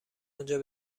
اونجا